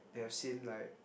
they have seen like